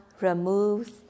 removes